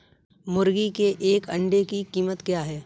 मुर्गी के एक अंडे की कीमत क्या है?